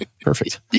Perfect